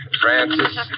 Francis